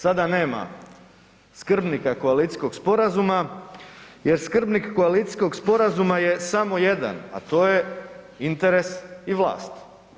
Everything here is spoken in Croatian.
Sada nema skrbnika koalicijskog sporazuma jer skrbnik koalicijskog sporazuma je samo jedan a to je interes i vlast.